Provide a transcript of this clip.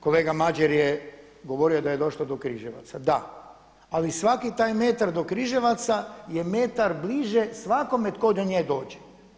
Kolega Madjer je govorio da je došlo do Križevaca, da, ali svaki taj metar do Križevaca je metar bliže svakome tko do nje dođe.